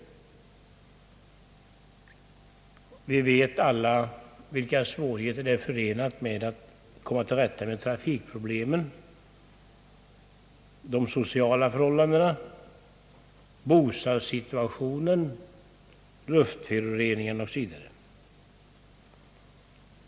Vi vet alla vilka svårigheter som uppstår när det gäller att komma till rätta med trafikproblemen, de sociala förhållandena, bostadssituationen, luftföroreningarna osv.